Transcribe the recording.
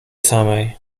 samej